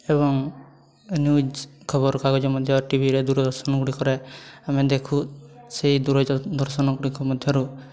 ଏବଂ ନ୍ୟୁଜ୍ ଖବରକାଗଜ ମଧ୍ୟ ଟିଭିରେ ଦୂରଦର୍ଶନ ଗୁଡ଼ିକରେ ଆମେ ଦେଖୁ ସେଇ ଦୂରଦର୍ଶନ ଗୁଡ଼ିକ ମଧ୍ୟରୁ